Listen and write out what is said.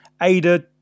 Ada